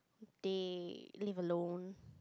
they live alone